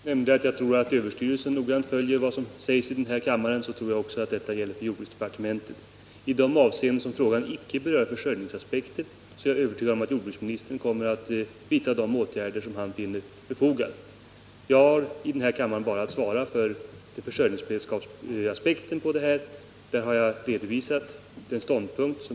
Herr talman! Liksom jag tror att överstyrelsen noggrant följer vad som händer i denna kammare tror jag att detta gäller även jordbruksdepartementet. I de avseenden som frågan icke berör försörjningsberedskapsaspekten är jag övertygad om att jordbruksministern kommer att vidta de åtgärder han finner befogade. Jag har bara att svara för försörjningsberedskapsaspekten på denna fråga, och där har jag redovisat regeringens ståndpunkt.